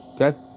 okay